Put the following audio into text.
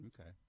Okay